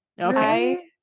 okay